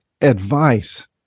advice